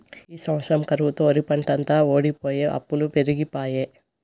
ఈ సంవత్సరం కరువుతో ఒరిపంటంతా వోడిపోయె అప్పులు పెరిగిపాయె